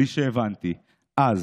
בלי שהבנתי, אז,